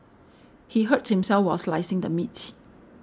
he hurt himself while slicing the meat